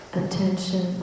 attention